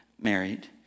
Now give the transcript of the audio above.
married